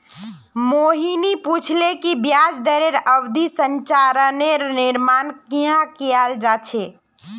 मोहिनी पूछले कि ब्याज दरेर अवधि संरचनार निर्माण कँहे कियाल जा छे